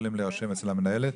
יכולים להירשם אצל המנהלת.